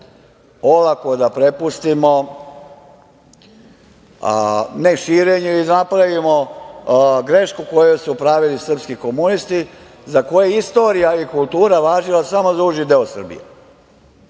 olako da prepustimo neširenju i napravimo grešku koju su pravili srpski komunisti, za koje istorija i kultura važila samo za uži deo Srbije.